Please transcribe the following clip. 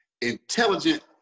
intelligent